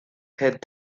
had